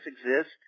exist